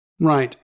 Right